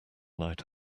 night